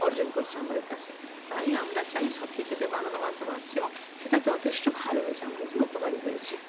অর্জন করছে আমাদের কাছে তাই আমরা চাই সব কিছুতে বাংলা মাধ্যম আসছে এবং সেটা যথেষ্ট ভালো হয়েছে আমাদের জন্য উপকারী হয়েছে